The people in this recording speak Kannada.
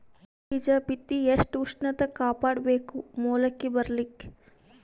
ಗೋಧಿ ಬೀಜ ಬಿತ್ತಿ ಎಷ್ಟ ಉಷ್ಣತ ಕಾಪಾಡ ಬೇಕು ಮೊಲಕಿ ಬರಲಿಕ್ಕೆ?